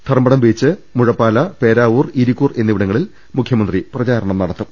Dharmadam beach Muzhappala Peravoor Irikkur എന്നിവിടങ്ങളിൽ മുഖ്യമന്ത്രി പ്രചാരണം നടത്തും